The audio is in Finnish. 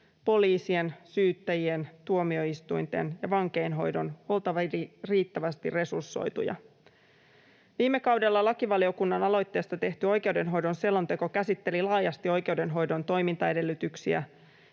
poliisien, syyttäjien, tuomioistuinten ja vankeinhoidon — oltava riittävästi resursoitu. Viime kaudella lakivaliokunnan aloitteesta tehty oikeudenhoidon selonteko käsitteli laajasti oikeudenhoidon toimintaedellytyksiä,